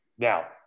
Now